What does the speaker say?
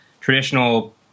traditional